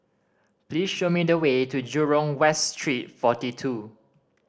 please show me the way to Jurong West Street Forty Two